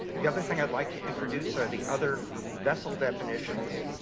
the other thing i would like to introduce our the other vessel definitions